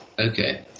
Okay